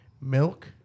milk